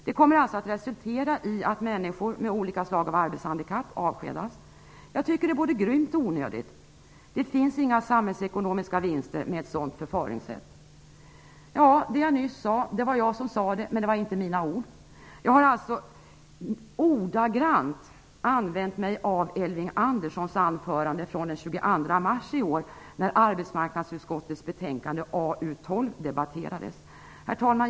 Det kommer alltså att resultera i att människor med olika slag av arbetshandikapp avskedas. Jag tycker att det är både grymt och onödigt. Det finns inga samhällsekonomiska vinster med ett sådant förfaringssätt. Herr talman! Det var jag som sade det jag nyss sade, men det var inte mina ord. Jag har ordagrant använt mig av Elving Anderssons anförande från den 22 AU12 debatterades.